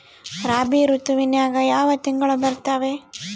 ರಾಬಿ ಋತುವಿನ್ಯಾಗ ಯಾವ ತಿಂಗಳು ಬರ್ತಾವೆ?